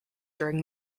during